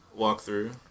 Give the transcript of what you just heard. walkthrough